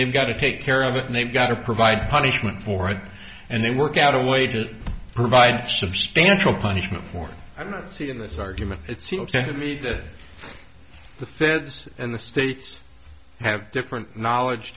name got to take care of it and they've got to provide punishment for it and they work out a way to provide substantial punishment for i don't see in this argument it seems to me that the feds and the states have different knowledge